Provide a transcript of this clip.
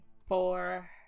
four